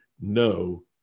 no